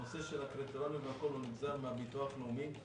הנושא נגזר מהביטוח הלאומי.